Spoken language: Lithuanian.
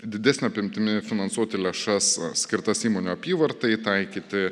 didesne apimtimi finansuoti lėšas skirtas įmonių apyvartai taikyti